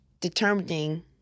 determining